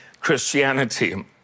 Christianity